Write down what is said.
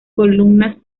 columnas